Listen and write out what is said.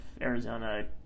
arizona